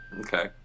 Okay